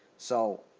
so